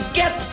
get